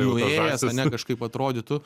nuėjęs ane kažkaip atrodytų